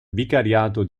vicariato